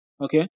Okay